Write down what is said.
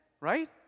Right